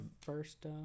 first